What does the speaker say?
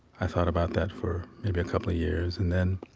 i thought about that for maybe a couple of years. and then